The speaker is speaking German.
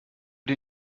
die